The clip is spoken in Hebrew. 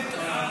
ההצעה